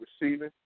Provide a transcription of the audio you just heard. receiving